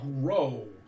grow